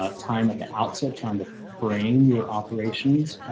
ah time at the outset, trying to frame your operations.